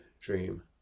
dream